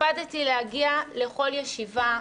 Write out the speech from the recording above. הקפדתי להגיע לכל ישיבה,